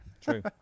True